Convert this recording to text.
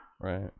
Right